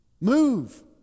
Move